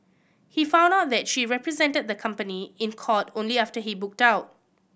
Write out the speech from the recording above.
he found out that she represented the company in court only after he booked out